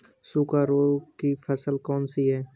सूखा रोग की फसल कौन सी है?